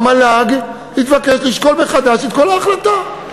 המל"ג התבקש לשקול מחדש את כל ההחלטה.